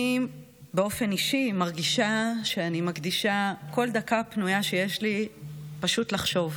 אני באופן אישי מרגישה שאני מקדישה כל דקה פנויה שיש לי פשוט לחשוב: